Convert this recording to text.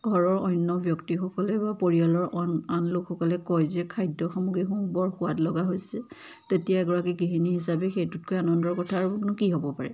ঘৰৰ অন্য ব্যক্তিসকলে বা পৰিয়ালৰ আন লোকসকলে কয় যে খাদ্য সামগ্ৰীসমূহ বৰ সোৱাদ লগা হৈছে তেতিয়া এগৰাকী গৃহিণী হিচাপে সেইটোতকৈ আনন্দৰ কথা আৰুনো কি হ'ব পাৰে